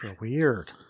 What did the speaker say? weird